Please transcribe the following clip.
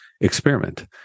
experiment